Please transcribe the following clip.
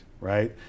right